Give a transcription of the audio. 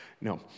No